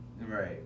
Right